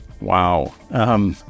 Wow